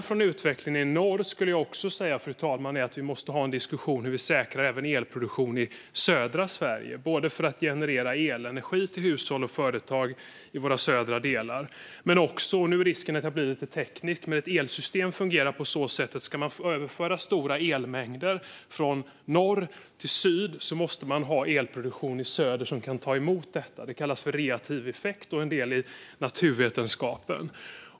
Fru talman! Jag skulle säga att lärdomen från utvecklingen i norr är att vi måste ha en diskussion om hur vi säkrar elproduktion även i södra Sverige för att generera elenergi för hushåll och företag i våra södra delar. Nu är risken att jag blir lite teknisk. Ett elsystem fungerar på så sätt att om man ska överföra stora elmängder från norr till syd måste man ha elproduktion i söder som kan ta emot detta. Det kallas för reaktiv effekt och är en del av naturvetenskapen.